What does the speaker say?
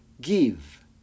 give